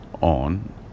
on